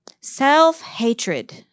Self-hatred